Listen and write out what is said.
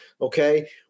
Okay